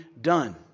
done